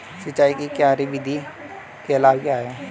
सिंचाई की क्यारी विधि के लाभ क्या हैं?